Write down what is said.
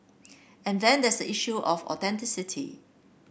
and then there is the issue of authenticity